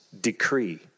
decree